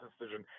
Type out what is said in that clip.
decision